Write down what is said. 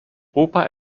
opa